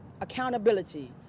accountability